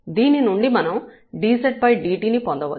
దీనినుండి మనం dzdt ని పొందవచ్చు